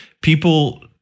people